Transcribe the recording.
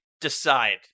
decide